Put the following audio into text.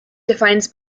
defines